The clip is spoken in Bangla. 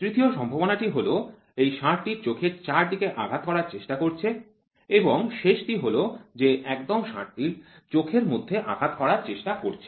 তৃতীয় সম্ভাবনা টি হল এই ষাঁড়টির চোখের চারদিকে আঘাত করা চেষ্টা করছে এবং শেষ টি হল যে একদম ষাঁড়টির চোখের মধ্যে আঘাত করার চেষ্টা করছে